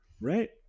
Right